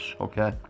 okay